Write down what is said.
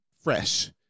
fresh